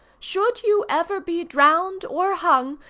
should you ever be drowned or hung,